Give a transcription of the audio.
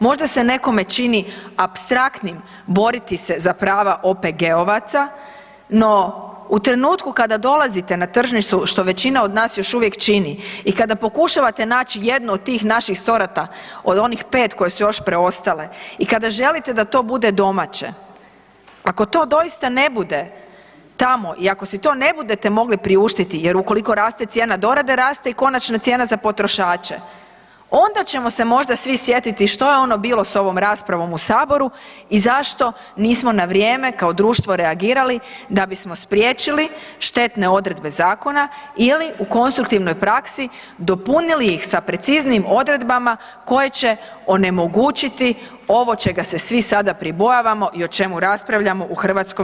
Možda se nekome čini apstraktnim boriti se za prava OPG-ovaca, no u trenutku kada dolazite na tržnicu, što većina od nas još uvijek čini, i kada pokušavate naći jedno od tih naših sorata od onih 5 koje su još preostale i kada želite da to bude domaće, ako to doista ne bude tamo i ako si to ne budete mogli priuštiti jer ukoliko raste cijena dorade raste i konačna cijena za potrošače, onda ćemo se možda svi sjetiti što je ono bilo s ovom raspravom u saboru i zašto nismo na vrijeme kao društvo reagirali da bismo spriječili štetne odredbe zakona ili u konstruktivnoj praksi dopunili ih sa preciznijim odredbama koje će onemogućiti ovo čega se svi sada pribojavamo i o čemu raspravljamo u HS.